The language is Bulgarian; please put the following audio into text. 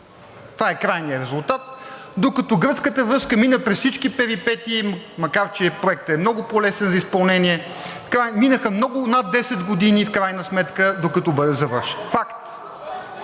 това е крайният резултат, докато гръцката връзка мина през всички перипетии, макар че проектът е много по-лесен за изпълнение, минаха много – над 10 години, в крайна сметка, докато бъде завършен. Факт!